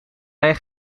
hij